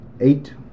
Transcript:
Eight